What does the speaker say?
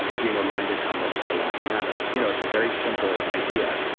being reminded how much their lives matter. you know it's a very simple idea.